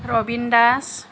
Rabin Das